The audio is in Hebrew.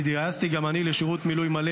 והתגייסתי גם אני לשירות מילואים מלא